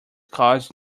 cause